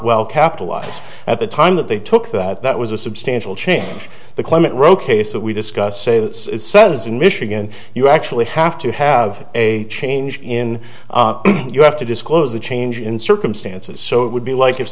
well capitalized at the time that they took that that was a substantial change the climate roe case that we discussed say that says in michigan you actually have to have a change in you have to disclose a change in circumstances so it would be like if